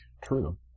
True